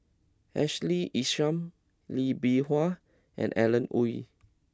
Ashley Isham Lee Bee Wah and Alan Oei